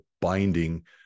binding